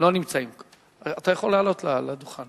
שנמצאים פה, לא ייתנו לנו מענה אמיתי לביטחון